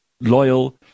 loyal